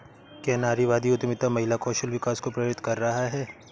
क्या नारीवादी उद्यमिता महिला कौशल विकास को प्रेरित कर रहा है?